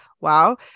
Wow